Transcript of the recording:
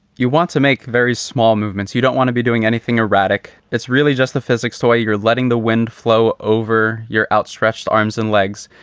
you want to make very small movements, you don't want to be doing anything erratic. it's really just the physics toy. you're letting the wind flow over your outstretched arms and legs,